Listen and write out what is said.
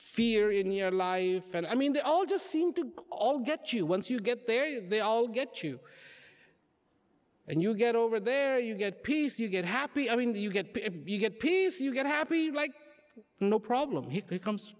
fear in your life and i mean they're all just seem to all get you once you get there they all get you and you get over there you get peace you get happy i mean you get you get peace you get happy like no problem becomes